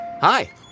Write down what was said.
Hi